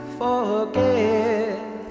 forget